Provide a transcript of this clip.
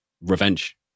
revenge